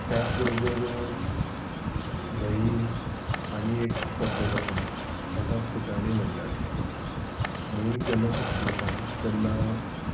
त्याच बरोबर न्हंयीन आनी एक पद्दत आसा ताका खुटाण म्हणटात न्हंयीक जेन्ना सुकती येता तेन्ना